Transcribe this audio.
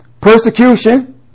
persecution